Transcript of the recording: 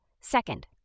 Second